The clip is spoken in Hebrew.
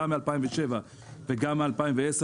גם מ-2007 וגם מ-2010,